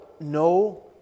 no